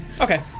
Okay